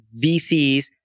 VCs